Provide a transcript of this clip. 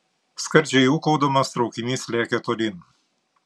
skardžiai ūkaudamas traukinys lėkė tolyn